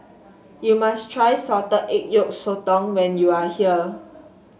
you must try Salted Egg Yolk Sotong when you are here